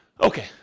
Okay